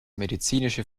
medizinische